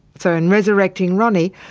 so in resurrecting ronnie,